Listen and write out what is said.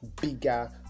bigger